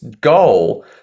goal